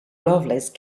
lovelace